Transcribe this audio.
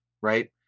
right